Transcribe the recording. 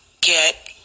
get